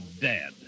dead